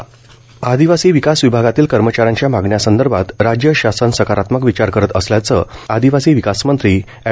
आदिवासी विकास पाडवी आदिवासी विकास विभागातील कर्मचाऱ्यांच्या मागण्यासंदर्भात राज्य शासन सकारात्मक विचार करत असल्याचं आदिवासी विकास मंत्री अॅड